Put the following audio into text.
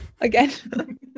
Again